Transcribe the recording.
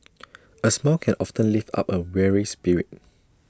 A smile can often lift up A weary spirit